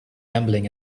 gambling